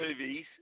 movies